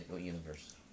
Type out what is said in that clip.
universe